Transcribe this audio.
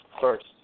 First